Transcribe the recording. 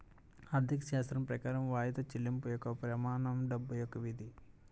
ఆర్థికశాస్త్రం ప్రకారం వాయిదా చెల్లింపు యొక్క ప్రమాణం డబ్బు యొక్క విధి